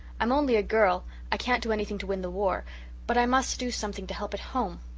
i'm only a girl i can't do anything to win the war but i must do something to help at home.